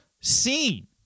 seen